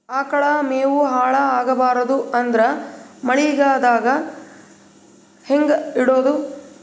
ಆಕಳ ಮೆವೊ ಹಾಳ ಆಗಬಾರದು ಅಂದ್ರ ಮಳಿಗೆದಾಗ ಹೆಂಗ ಇಡೊದೊ?